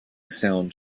sound